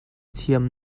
thiam